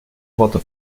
worte